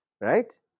right